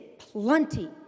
plenty